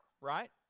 right